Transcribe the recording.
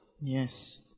Yes